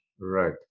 Right